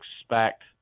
expect